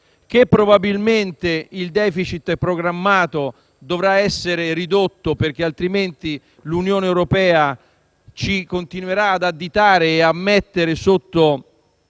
che probabilmente il *deficit* programmato dovrà essere ridotto, altrimenti l'Unione europea ci continuerà ad additare e a mettere sotto